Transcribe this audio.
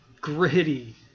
gritty